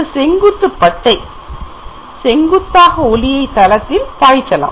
ஒரு செங்குத்து ப்பட்டை செங்குத்தாக ஒளியை தளத்தில் பாய்ச்சலாம்